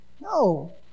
No